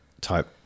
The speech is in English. type